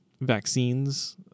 vaccines